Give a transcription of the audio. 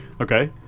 okay